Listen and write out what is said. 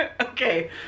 okay